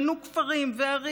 בנו כפרים וערים,